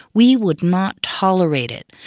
we would not tolerate it.